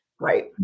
Right